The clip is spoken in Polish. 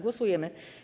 Głosujemy.